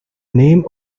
names